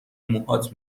موهات